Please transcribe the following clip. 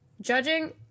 judging